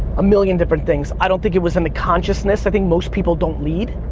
a million different things, i don't think it was in the consciousness, i think most people don't lead.